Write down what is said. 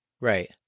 Right